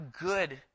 good